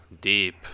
deep